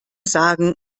sagen